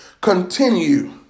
continue